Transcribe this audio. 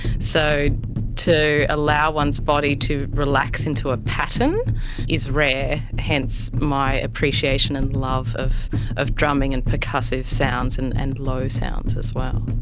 so to allow one's body to relax into a pattern is rare, hence my appreciation and love of of drumming and percussive sounds and and low sounds as well.